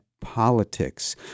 politics